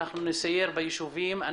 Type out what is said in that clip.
נסייר בישובים,